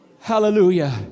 Hallelujah